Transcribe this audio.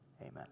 Amen